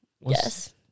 Yes